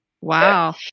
Wow